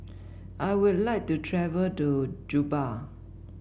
I would like to travel to Juba